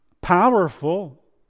powerful